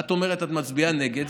את אומרת שאת מצביעה נגד,